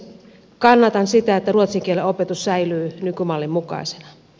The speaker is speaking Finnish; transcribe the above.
kannatan sitä että ruotsin kielen opetus säilyy nykymallin mukaisena